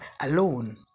alone